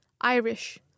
Irish